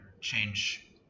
change